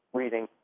reading